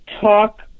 talk